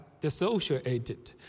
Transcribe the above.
dissociated